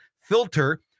filter